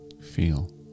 feel